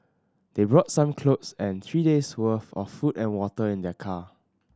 they brought some clothes and three days' worth of food and water in their car